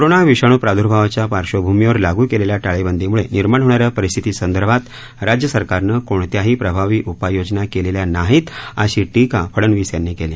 corona विषाणू प्रादर्भावाच्या पार्श्वभूमीवर लागू केलेल्या टाळेबंदीमुळे निर्माण होणाऱ्या परिस्थितीसंदर्भात राज्य सरकारनं कोणत्याही प्रभावी उपाययोजना केलेल्या नाहीत अशी टीका फडनवीस यांनी केली